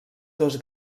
dos